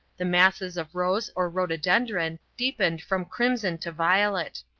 the masses of rose or rhododendron deepened from crimson to violet.